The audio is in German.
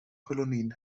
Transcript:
kolonien